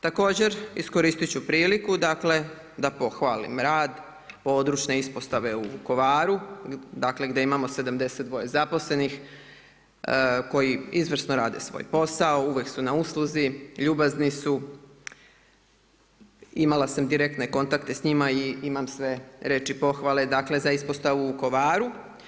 Također iskoristit ću priliku da pohvalim rad Područne ispostave u Vukovaru gdje imamo 72 zaposlenih koji izvrsno rade svoj posao, uvijek su na usluzi, ljubazni su, imala sam direktne kontakte s njima i imam sve riječi pohvale za Ispostavu u Vukovaru.